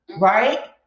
right